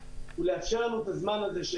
הוא לאפשר לנו את הזמן הזה,